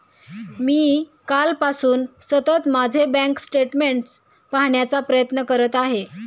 मी कालपासून सतत माझे बँक स्टेटमेंट्स पाहण्याचा प्रयत्न करत आहे